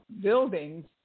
buildings